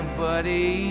buddy